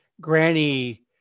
granny